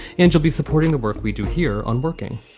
and you'll be supporting the work we do here on working.